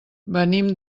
venim